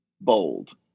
bold